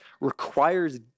requires